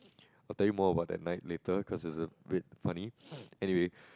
I will tell you more about that night later cause it's err a bit funny anyway